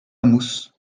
mousse